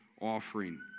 offering